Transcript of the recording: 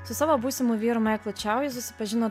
su savo būsimu vyru maiklu čiau ji susipažino